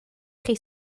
chi